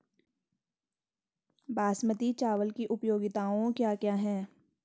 बासमती चावल की उपयोगिताओं क्या क्या हैं?